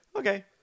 Okay